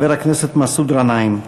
חבר הכנסת מסעוד גנאים.